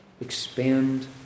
Expand